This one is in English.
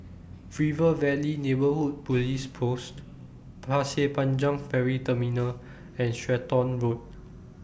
River Valley Neighbourhood Police Post Pasir Panjang Ferry Terminal and Stratton Road